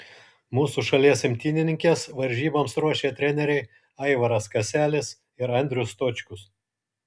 mūsų šalies imtynininkes varžyboms ruošė treneriai aivaras kaselis ir andrius stočkus